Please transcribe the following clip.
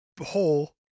hole